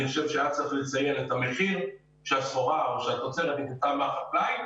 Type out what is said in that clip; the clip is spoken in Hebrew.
אני חושב שהיה צריך לציין את המחיר שהתוצרת נקנתה מהחקלאי.